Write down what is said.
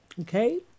Okay